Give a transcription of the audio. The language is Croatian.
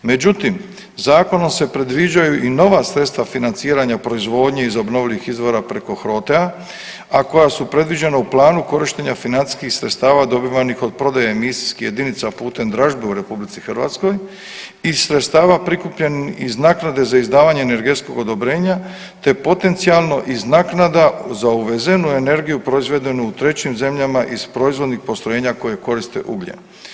Međutim, zakonom se predviđaju i nova sredstva financiranja u proizvodnji iz obnovljivih izvora preko HROTE-a, a koja su predviđena u planu korištenja financijskih sredstava dobivanih od prodaje misijskih jedinica putem dražbe u RH i sredstava prikupljenih iz naknade za izdavanje energetskog odobrenja te potencijalno iz naknada za uvezenu energiju proizvedenu u trećim zemljama iz proizvodnih postrojenja koje koriste ugljen.